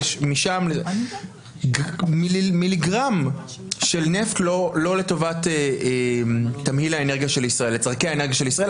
ומשם מיליגרם של נפט לא לצורכי האנרגיה של ישראל,